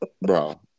Bro